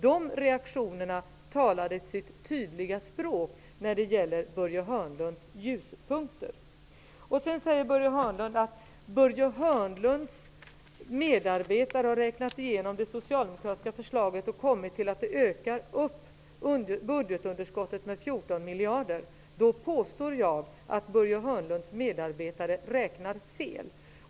Dessa talade sitt tydliga språk när det gäller Börje Börje Hörnlund säger att hans medarbetare har räknat ut det socialdemokratiska förslagets effekt och kommit fram till att det ökar budgetunderskottet med 14 miljarder. Då påstår jag att Börje Hörnlunds medarbetare räknat fel.